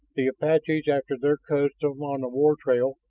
the apaches, after their custom on the war trail,